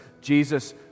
Jesus